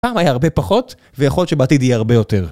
פעם היה הרבה פחות, ויכול להיות שבעתיד יהיה הרבה יותר.